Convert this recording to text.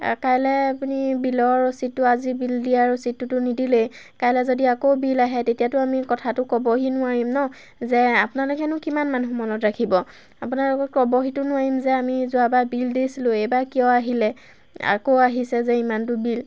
কাইলৈ আপুনি বিলৰ ৰচিদটো আজি বিল দিয়া ৰচিদটোতো নিদিলেই কাইলৈ যদি আকৌ বিল আহে তেতিয়াতো আমি কথাটো ক'বহি নোৱাৰিম ন যে আপোনালোকেনো কিমান মানুহ মনত ৰাখিব আপোনালোকক ক'বহিতো নোৱাৰিম যে আমি যোৱাবাৰ বিল দিছিলোঁ এইবাৰ কিয় আহিলে আকৌ আহিছে যে ইমানটো বিল